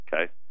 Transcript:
Okay